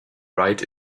right